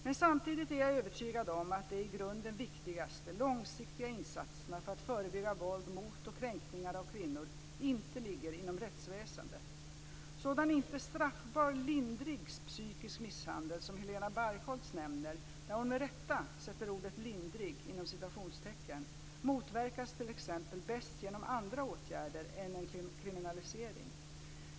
Men samtidigt är jag övertygad om att de i grunden viktigaste långsiktiga insatserna för att förebygga våld mot och kränkningar av kvinnor inte ligger inom rättsväsendet. Sådan inte straffbar "lindrig" psykisk misshandel som Helena Bargholtz nämner, där hon med rätta sätter ordet lindrig inom citationstecken, motverkas t.ex. bäst genom andra åtgärder än en kriminalisering.